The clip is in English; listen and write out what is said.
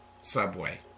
subway